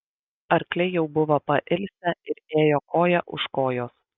arkliai jau buvo pailsę ir ėjo koja už kojos